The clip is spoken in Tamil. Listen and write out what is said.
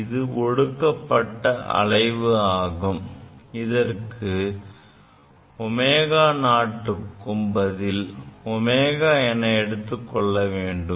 இது ஒடுக்கப்பட்ட அலைவாகும் இதற்கு ω0 க்கு பதில் ω என எடுத்துக்கொள்ள வேண்டும்